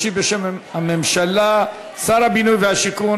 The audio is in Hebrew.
ישיב בשם הממשלה שר הבינוי והשיכון,